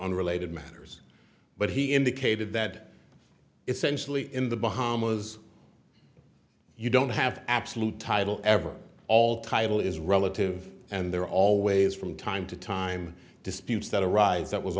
unrelated matters but he indicated that essentially in the bahamas if you don't have absolute title ever all title is relative and they're always from time to time disputes that arise that was